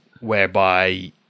whereby